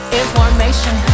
information